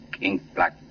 ink-black